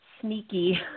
sneaky